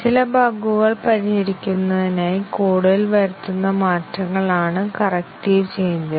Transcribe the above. ചില ബഗുകൾ പരിഹരിക്കുന്നതിനായി കോഡിൽ വരുത്തുന്ന മാറ്റങ്ങളാണ് കറക്ടീവ് ചേഞ്ചസ്